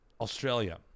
Australia